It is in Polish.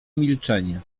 milczenie